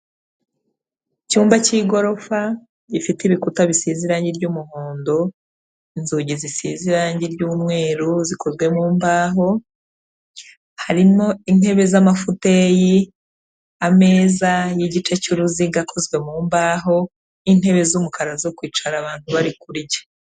Icyumba k'igorofa gifite ibikuta bisize irangi ry'umuhondo, inzugi zisize irangi ry'umweru zikozwe mu mbaho, harimo intebe z'amafuteyi, ameza y'igice cy'uruziga akozwe mu mbaho, intebe z'umukara zo kwicara abantu bari kurya.